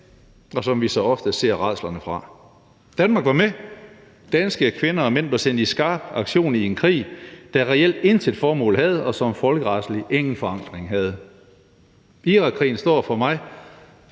og som vi så ofte ser rædslerne fra. Danmark var med; danske kvinder og mænd var sendt i skarp aktion i en krig, der reelt intet formål havde, og som folkeretligt ingen forankring havde. Kl. 14:50 Irakkrigen står for mig